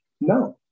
No